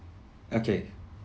okay